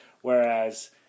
Whereas